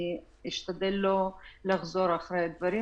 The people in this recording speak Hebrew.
אני אשתדל לא לחזור על הדברים,